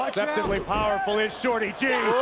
like deceptively powerful, here's shorty g.